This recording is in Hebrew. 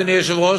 אדוני היושב-ראש,